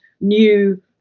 new